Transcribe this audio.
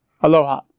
Aloha